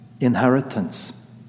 inheritance